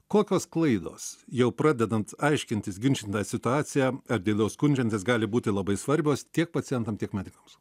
kokios klaidos jau pradedant aiškintis ginčytiną situaciją ar dėl jos skundžiantis gali būti labai svarbios tiek pacientam tiek medikams